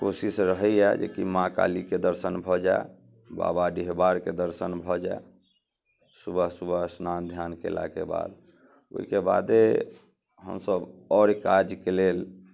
तऽ कोशिश रहैये जे की माँ कालीके दर्शन भऽ जाइ बाबा डीहबारके दर्शन भऽ जाइ सुबह सुबह स्नान ध्यान केलाके बाद ओइके बादे हमसब आओर काजके लेल